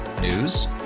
News